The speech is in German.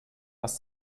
was